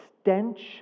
stench